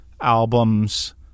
albums